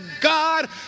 God